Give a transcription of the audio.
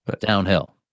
Downhill